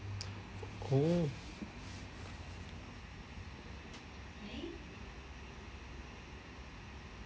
oh